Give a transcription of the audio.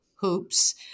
hoops